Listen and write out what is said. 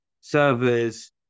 servers